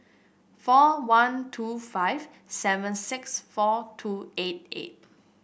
four one two five seven six four two eight eight